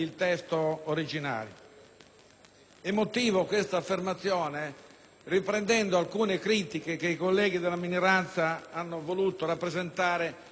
Motivo questa affermazione riprendendo alcune critiche che i colleghi della minoranza hanno voluto rappresentare quest'oggi in Aula.